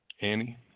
Annie